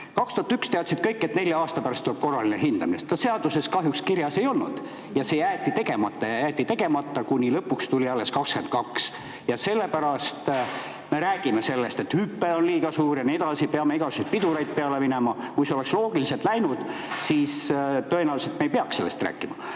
2001 teadsid kõik, et nelja aasta pärast tuleb korraline hindamine. Seda seaduses kahjuks kirjas ei olnud ja see jäeti tegemata, ja jäeti nii kaua tegemata, kuni tuli aasta 2022. Ja sellepärast me räägime sellest, et hüpe on liiga suur ja nii edasi, peame igasuguseid pidureid peale panema. Kui see oleks loogiliselt läinud, siis tõenäoliselt me ei peaks sellest rääkima.